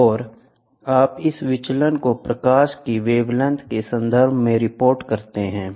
और आप इस विचलन को प्रकाश की वेवलेंथ के संदर्भ में रिपोर्ट करते हैं